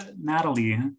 natalie